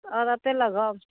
অঁ তাতে লগ হ'ম